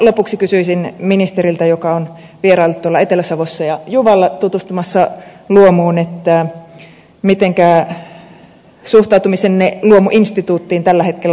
lopuksi kysyisin ministeriltä joka on vieraillut etelä savossa ja juvalla tutustumassa luomuun mitenkä suhtautumisenne luomuinstituuttiin tällä hetkellä on